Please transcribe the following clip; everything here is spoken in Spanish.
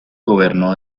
gobernó